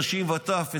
נשים וטף,